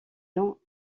non